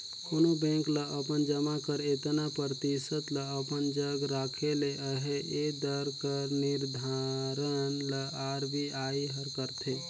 कोनो बेंक ल अपन जमा कर एतना परतिसत ल अपन जग राखे ले अहे ए दर कर निरधारन ल आर.बी.आई हर करथे